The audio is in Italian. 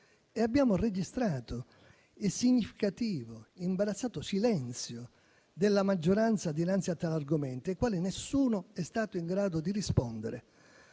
Abbiamo registrato il significativo, imbarazzato silenzio della maggioranza dinanzi a tali argomenti, ai quali nessuno è stato in grado di rispondere.